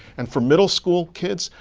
and for middle school kids,